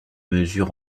mesure